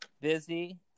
busy